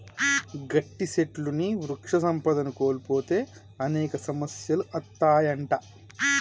గట్టి సెట్లుని వృక్ష సంపదను కోల్పోతే అనేక సమస్యలు అత్తాయంట